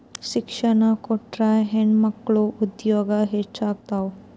ಶಿಕ್ಷಣ ಕೊಟ್ರ ಹೆಣ್ಮಕ್ಳು ಉದ್ಯೋಗ ಹೆಚ್ಚುತಾವ